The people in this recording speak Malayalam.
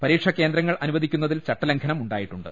പരീക്ഷ കേന്ദ്രങ്ങൾ അനുവദിക്കുന്നതിൽ ചട്ടലം ഘനം ഉണ്ടായിട്ടുണ്ട്